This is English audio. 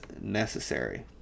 necessary